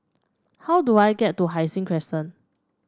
how do I get to Hai Sing Crescent